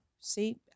See